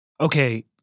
Okay